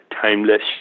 timeless